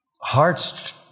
Hearts